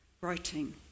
Writing